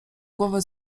głowę